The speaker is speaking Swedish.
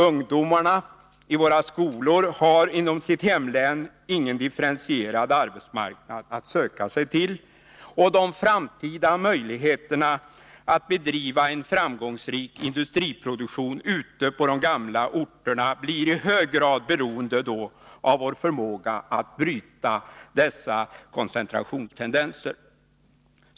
Ungdomarna i våra skolor har inom sitt hemlän ingen differentierad arbetsmarknad att söka sig till. De framtida möjligheterna att bedriva framgångsrik industriproduktion ute på de gamla industriorterna blir i hög grad beroende av vår förmåga att bryta dessa koncentrationstendenser.